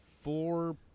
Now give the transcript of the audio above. four